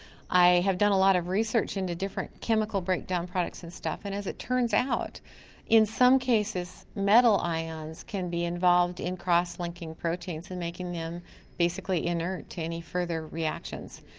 i have done a lot of research into different chemical breakdown products and, and as it turns out in some cases metal ions can be involved in cross linking proteins in making them basically inert to any further reactions.